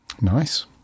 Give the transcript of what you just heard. Nice